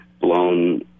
blown